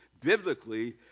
Biblically